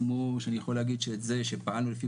כמו שאני יכול להגיד שאת זה שפעלנו לפי